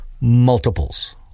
multiples